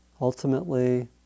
Ultimately